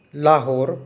Lahore